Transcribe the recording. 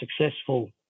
successful